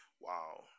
Wow